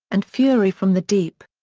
and fury from the deep.